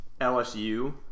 LSU